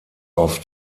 auf